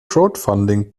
crowdfunding